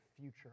future